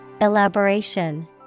Elaboration